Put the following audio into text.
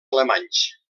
alemanys